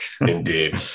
Indeed